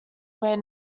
where